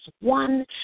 one